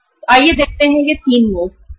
तो आइए यह तीन मोड देखते हैं